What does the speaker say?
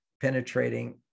penetrating